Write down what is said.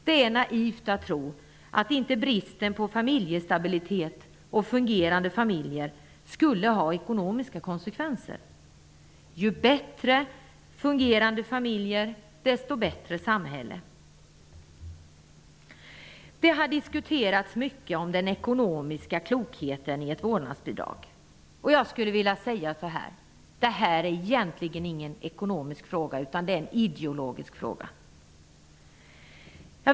Det är naivt att tro att bristande familjestabilitet och ickefungerande familjer inte skulle ha ekonomiska konsekvenser. Ju bättre fungerande familjer, desto bättre samhälle. Det har diskuterats mycket om den ekonomiska klokheten i ett vårdnadsbidrag. Jag skulle vilja säga så här: Det här är egentligen ingen ekonomisk fråga utan en ideologisk fråga.